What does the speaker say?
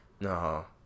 No